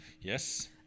Yes